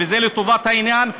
וזה לטובת העניין.